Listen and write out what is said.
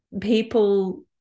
people